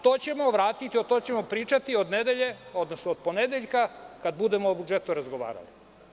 To ćemo vratiti, o tome ćemo pričati od nedelje, odnosno od ponedeljka kada budemo o budžetu razgovarali.